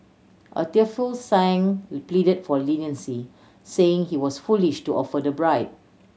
a tearful Sang repleaded for leniency saying he was foolish to offer the bribe